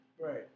Right